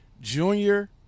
Junior